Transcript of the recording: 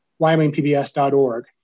wyomingpbs.org